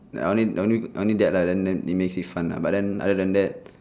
I only only only that lah then then it makes it fun lah but then other than that